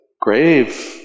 grave